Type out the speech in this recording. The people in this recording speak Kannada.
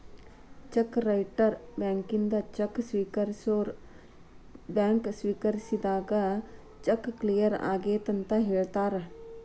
ಚೆಕ್ ರೈಟರ್ ಬ್ಯಾಂಕಿನಿಂದ ಚೆಕ್ ಸ್ವೇಕರಿಸೋರ್ ಬ್ಯಾಂಕ್ ಸ್ವೇಕರಿಸಿದಾಗ ಚೆಕ್ ಕ್ಲಿಯರ್ ಆಗೆದಂತ ಹೇಳ್ತಾರ